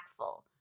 impactful